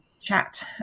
chat